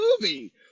movie